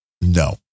No